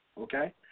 okay